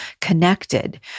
connected